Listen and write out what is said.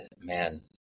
man